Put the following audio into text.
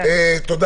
חו"ל?